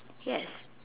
yes